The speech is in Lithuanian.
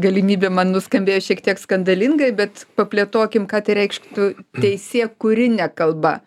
galimybė man nuskambėjo šiek tiek skandalingai bet paplėtokim ką tai reikštų teisėkūrine kalba